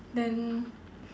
then